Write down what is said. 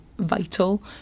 vital